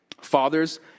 Fathers